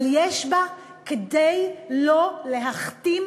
אבל יש בהם כדי שלא להכתים